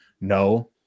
No